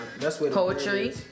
Poetry